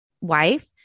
wife